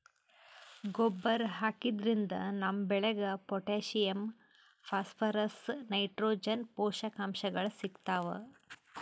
ಗೊಬ್ಬರ್ ಹಾಕಿದ್ರಿನ್ದ ನಮ್ ಬೆಳಿಗ್ ಪೊಟ್ಟ್ಯಾಷಿಯಂ ಫಾಸ್ಫರಸ್ ನೈಟ್ರೋಜನ್ ಪೋಷಕಾಂಶಗಳ್ ಸಿಗ್ತಾವ್